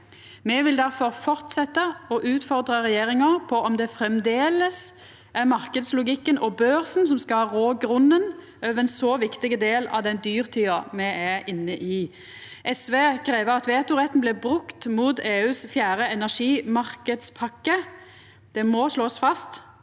Me vil derfor fortsetja å utfordra regjeringa på om det framleis er marknadslogikken og børsen som skal rå grunnen over ein så viktig del av den dyrtida me er inne i. SV krev at vetoretten blir brukt mot EUs fjerde energimarknadspakke. Det må slåast fast